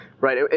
Right